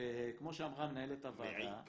וכמו שאמרה מנהלת הוועדה -- מעיק.